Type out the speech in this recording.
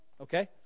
Okay